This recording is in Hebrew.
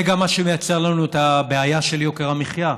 זה גם מה שיוצר לנו את הבעיה של יוקר המחיה.